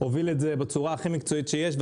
שהוביל את זה בצורה הכי מקצועית שיש,